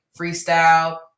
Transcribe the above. freestyle